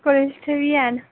कुल्थ बी हैन